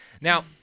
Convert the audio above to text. Now